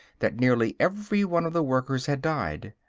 that nearly every one of the workers had died.